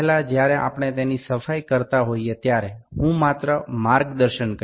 তার আগে আমরা এটি পরিষ্কার করার সময় আমি কেবল নিয়মাবলী গুলি বলে দিতে চাই